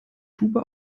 tube